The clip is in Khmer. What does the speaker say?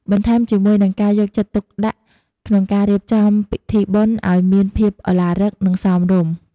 បន្ថែមជាមួយ នឹងការយកចិត្តទុកដាក់ក្នុងការរៀបចំពិធីបុណ្យអោយមានភាពឱឡារិក និងសមរម្យ។